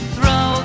Throw